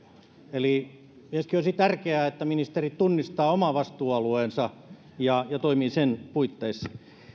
eli tietysti olisi tärkeää että ministeri tunnistaa oman vastuualueensa ja toimii sen puitteissa